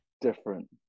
different